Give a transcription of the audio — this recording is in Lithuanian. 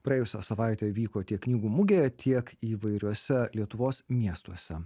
praėjusią savaitę vyko tiek knygų mugėje tiek įvairiuose lietuvos miestuose